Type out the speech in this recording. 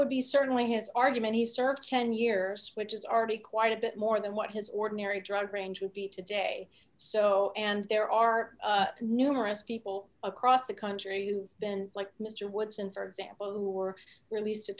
would be certainly his argument he served ten years which is already quite a bit more than what his ordinary drug range would be today so and there are numerous people across the country been like mr woodson for example who were released a